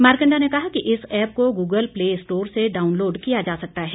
मारकंडा ने कहा कि इस ऐप को गूगल प्ले स्टोर से डाउनलोड किया जा सकता है